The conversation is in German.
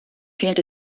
fehlt